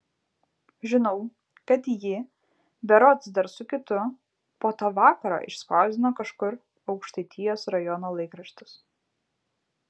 žinau kad jį berods dar su kitu po to vakaro išspausdino kažkur aukštaitijos rajono laikraštis